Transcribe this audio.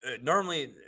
normally